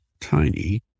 tiny